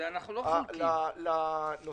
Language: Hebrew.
אנחנו לא חולקים.